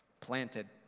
Planted